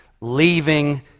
leaving